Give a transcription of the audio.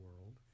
world